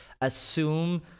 assume